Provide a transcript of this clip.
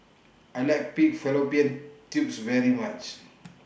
I like Pig Fallopian Tubes very much